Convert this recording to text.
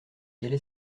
quelle